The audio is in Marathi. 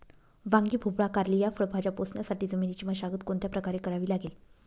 वांगी, भोपळा, कारली या फळभाज्या पोसण्यासाठी जमिनीची मशागत कोणत्या प्रकारे करावी लागेल?